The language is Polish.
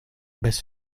bez